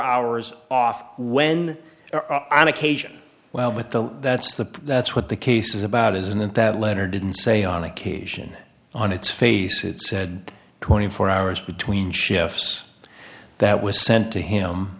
hours off when on occasion well with the that's the that's what the case is about isn't it that leonard didn't say on occasion on its face it said twenty four hours between shifts that was sent to him